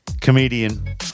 comedian